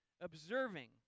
observing